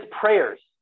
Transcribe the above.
prayers